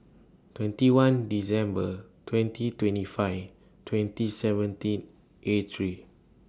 twenty one December twenty twenty five twenty seventeen eight three